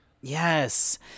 Yes